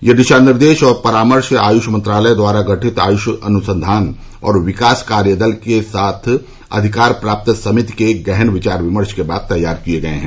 यह दिशा निर्देश और परामर्श आय्ष मंत्रालय द्वारा गठित आय्ष अनुसंघान और विकास कार्य दल के साथ अधिकार प्राप्त समिति के गहन विचार विमर्श के बाद तैयार किए गए हैं